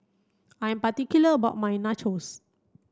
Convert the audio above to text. I am particular about my Nachos